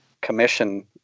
commission